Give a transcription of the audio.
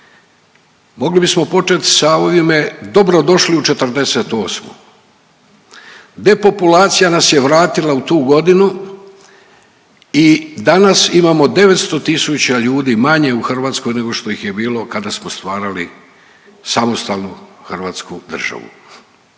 Mogli bismo počet sa ovime „dobrodošli u '48.“. Depopulacija nas je vratila u tu godinu i danas imamo 900 tisuća ljudi manje u Hrvatskoj nego što ih je bilo kada smo stvarali samostalnu hrvatsku državu.